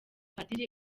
padiri